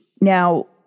Now